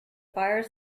fire